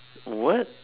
what